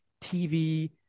TV